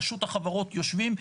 רשות החברות יושבים,